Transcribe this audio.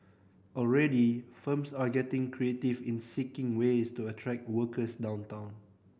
already firms are getting creative in seeking ways to attract workers downtown